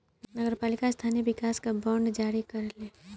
नगर पालिका स्थानीय विकास ला बांड जारी करेले